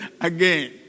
again